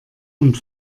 und